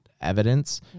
evidence